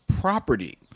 Property